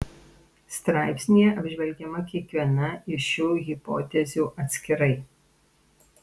straipsnyje apžvelgiama kiekviena iš šių hipotezių atskirai